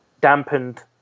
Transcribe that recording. dampened